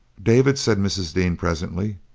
david, said mrs. dean, presently,